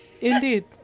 Indeed